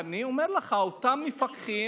אני אומר לך: אותם מפקחים,